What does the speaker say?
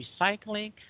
recycling